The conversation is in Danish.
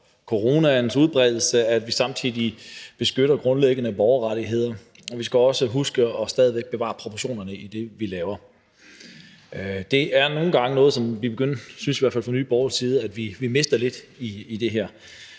coronaens udbredelse, at vi samtidig beskytter grundlæggende borgerrettigheder, og vi skal også stadig væk huske at bevare proportionerne i det, vi laver. Det er nogle gange noget, som vi – det synes vi i hvert fald fra Nye Borgerliges side – mister lidt i det her,